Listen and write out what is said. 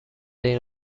این